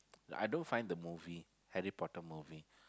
I don't find the movie Harry-Potter movie